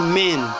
men